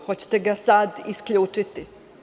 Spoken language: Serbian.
Hoćete ga sad isključiti?